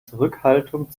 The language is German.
zurückhaltung